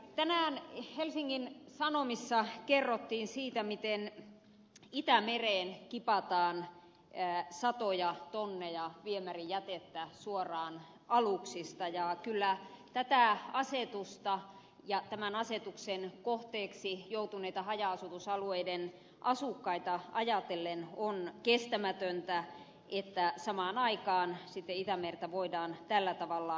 tänään helsingin sanomissa kerrottiin siitä miten itämereen kipataan satoja tonneja viemärijätettä suoraan aluksista ja kyllä tätä asetusta ja tämän asetuksen kohteeksi joutuneita haja alueiden asukkaita ajatellen on kestämätöntä että samaan aikaan itämerta voidaan tällä tavalla saastuttaa